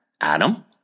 Adam